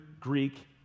Greek